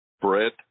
bread